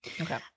Okay